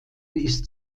ist